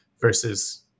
versus